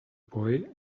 boy